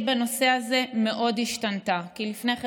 בנושא הזה מאוד השתנתה" כי לפני כן,